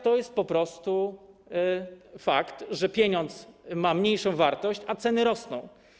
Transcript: To jest po prostu fakt, że pieniądz ma mniejszą wartość, a ceny rosną.